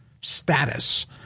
status